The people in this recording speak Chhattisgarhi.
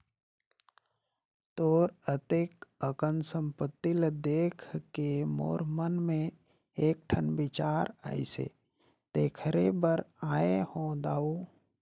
तोर अतेक अकन संपत्ति ल देखके मोर मन मे एकठन बिचार आइसे तेखरे बर आये हो दाऊ